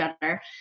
better